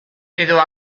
edo